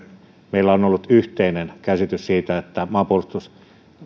meillä on ollut yhteinen käsitys siitä että maanpuolustuksemme